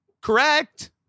Correct